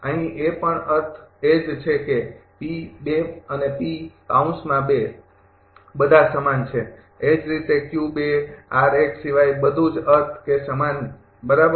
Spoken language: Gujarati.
અહીં એ પણ અર્થ એ જ છે કે અને બધા સમાન છે એ જ રીતે સિવાય બધું જ અર્થ કે સમાન બરાબર